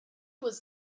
was